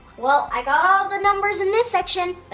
well i got all the numbers in this section!